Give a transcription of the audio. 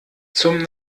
zum